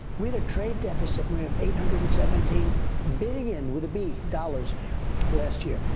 we had a trade deficit, maria of eight hundred and seventeen billion, with a b, dollars last year.